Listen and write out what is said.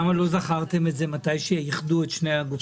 למה לא זכרתם את זה מתי שאיחדו את שני הגופים?